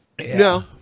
No